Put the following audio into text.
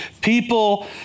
people